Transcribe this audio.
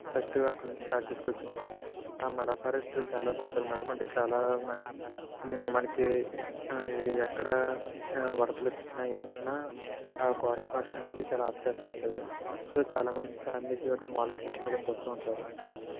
first అక్కడ్నుంచి start చేస్కోవచ్చు మనం ఆ మడ ఫారెస్ట్ చాలా బాగుంటుంది మేడం అంటే చాలా మనకి ఎక్కడ వరదలు వచ్చిన ఏం వచ్చిన ఆ క్వారిన్ ఫారెస్ట్ అనేది చాలా ఉంటుంది సో చాలా మంది ఫ్యామిలీస్ అక్కడ మాములుగా స్పెండ్ చేయడానికి వస్తూ ఉంటారు